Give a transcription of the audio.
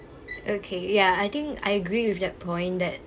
okay ya I think I agree with that point that